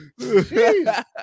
Jeez